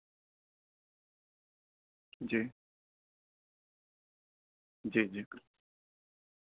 جی جی جی